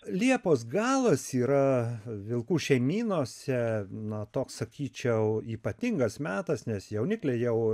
liepos galas yra vilkų šeimynose na toks sakyčiau ypatingas metas nes jaunikliai jau